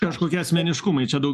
kažokie asmeniškumai čia daugiau